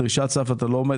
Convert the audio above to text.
דרישת סף אתה לא ממלא,